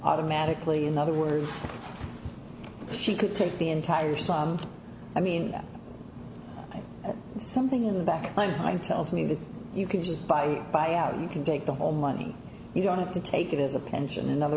automatically in other words she could take the entire side i mean something in the back of my mind tells me that you can just buy buy out you can take the home money you don't have to take it as a pension in other